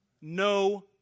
no